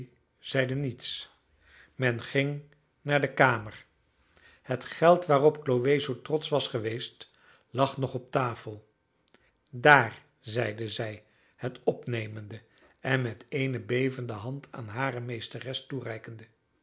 zeide niets men ging naar de kamer het geld waarop chloe zoo trotsch was geweest lag nog op tafel daar zeide zij het opnemende en met eene bevende hand aan hare meesteres toereikende